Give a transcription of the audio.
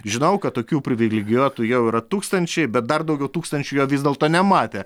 žinau kad tokių privilegijuotų jau yra tūkstančiai bet dar daugiau tūkstančių jo vis dėlto nematė